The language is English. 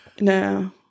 No